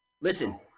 Listen